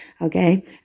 Okay